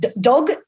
dog